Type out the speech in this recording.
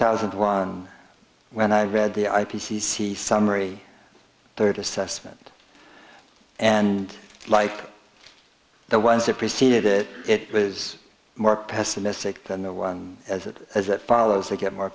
thousand and one when i read the i p c c summary third assessment and like the ones that preceded it it was more pessimistic than the one as it as it follows they get more